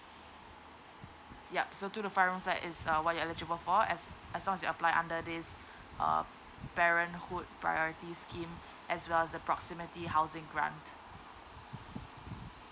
yup so two to five room flat is a why eligible for as as long you apply under this uh parenthood priorities scheme as well as the proximity housing grant